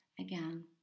again